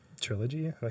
trilogy